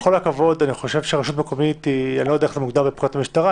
אני לא יודע איך רשות מקומית מוגדרת בפקודת המשטרה,